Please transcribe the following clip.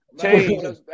Change